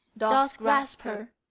doth grasp her,